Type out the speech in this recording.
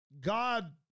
God